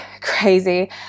crazy